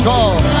God